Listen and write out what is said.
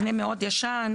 מבנה מאוד ישן,